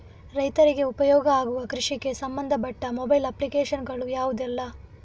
ರೈತರಿಗೆ ಉಪಯೋಗ ಆಗುವ ಕೃಷಿಗೆ ಸಂಬಂಧಪಟ್ಟ ಮೊಬೈಲ್ ಅಪ್ಲಿಕೇಶನ್ ಗಳು ಯಾವುದೆಲ್ಲ?